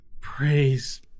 Praise